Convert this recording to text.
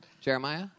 Jeremiah